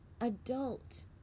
adult